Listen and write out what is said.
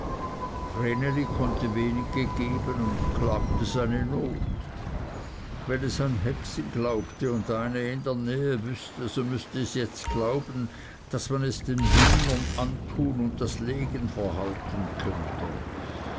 konnte wenige geben und klagte seine not wenn es an hexen glaubte und eine in der nähe wüßte so müßte es jetzt glauben daß man es den hühnern antun und das legen verhalten könnte